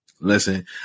Listen